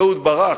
אהוד ברק,